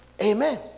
Amen